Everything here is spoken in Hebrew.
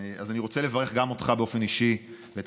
אז אני רוצה לברך אותך באופן אישי ואת